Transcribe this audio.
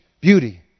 beauty